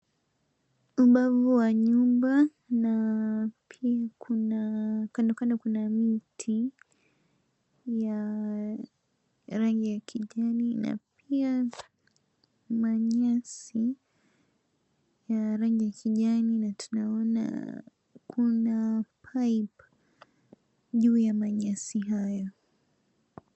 Ubavu wa nyumba, na pia kando kando kuna miti ya rangi ya kijani, na pia manyasi ya rangi ya kijani. Na tunaona kuna pipe , juu ya manyasi hayo.